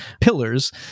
pillars